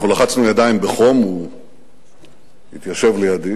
לחצנו ידיים בחום, הוא התיישב לידי